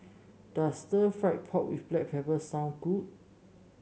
does Stir Fried Pork with Black Pepper suond good